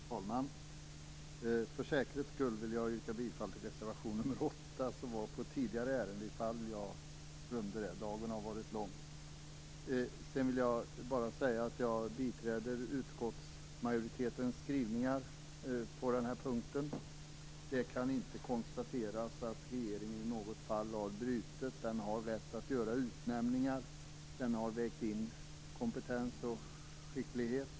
Fru talman! För säkerhets skull yrkar jag bifall till reservation 8 i tidigare ärende. Jag glömde kanske att göra det tidigare. Dagen har ju varit lång. Jag biträder utskottsmajoritetens skrivningar på denna punkt. Det kan inte konstateras att regeringen i något fall har brutit mot reglerna. Regeringen har ju rätt att göra utnämningar, och den har vägt in kompetens och skicklighet.